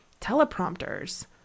teleprompters